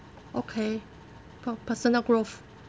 okay per~ personal growth